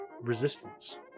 resistance